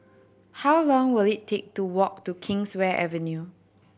how long will it take to walk to Kingswear Avenue